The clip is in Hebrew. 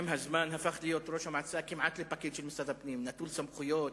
עם הזמן הפך ראש המועצה להיות כמעט לפקיד של משרד הפנים: נטול סמכויות,